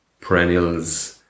perennials